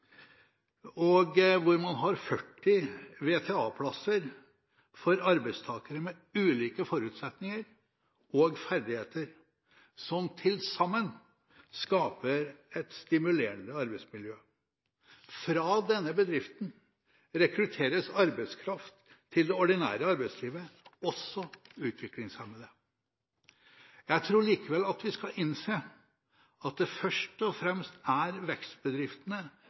og hvor man har 40 VTA-plasser for arbeidstakere med ulike forutsetninger og ferdigheter som til sammen skaper et stimulerende arbeidsmiljø. Fra denne bedriften rekrutteres arbeidskraft til det ordinære arbeidslivet, også utviklingshemmede. Jeg tror likevel vi skal innse at det først og fremst er vekstbedriftene